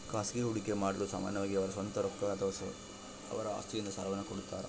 ಖಾಸಗಿ ಹೂಡಿಕೆಮಾಡಿರು ಸಾಮಾನ್ಯವಾಗಿ ಅವರ ಸ್ವಂತ ರೊಕ್ಕ ಅಥವಾ ಅವರ ಆಸ್ತಿಯಿಂದ ಸಾಲವನ್ನು ಕೊಡುತ್ತಾರ